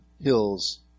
hills